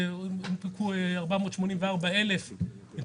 הונפקו 484,000 תעודות זהות ביומטריות.